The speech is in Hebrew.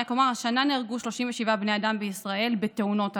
אני רק אומר שהשנה נהרגו 37 בני אדם בישראל בתאונות עבודה,